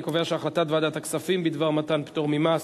אני קובע שהחלטת ועדת הכספים בדבר מתן פטור ממס